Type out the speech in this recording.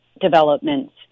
developments